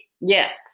Yes